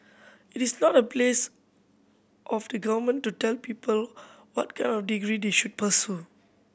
it is not the place of the Government to tell people what kind of degree they should pursue